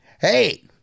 hey